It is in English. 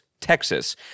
Texas